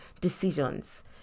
decisions